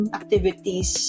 activities